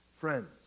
Friends